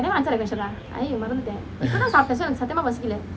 then I'm not even sure mah I remember there are present in september was